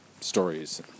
stories